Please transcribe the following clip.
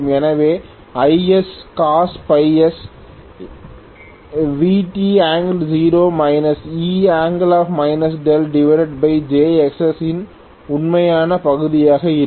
எனவே Iscos s Vt0 E jXs இன் உண்மையான பகுதியாக இருக்கும்